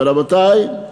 ורבותי,